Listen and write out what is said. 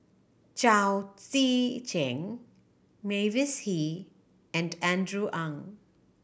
Chao Tzee Cheng Mavis Hee and Andrew Ang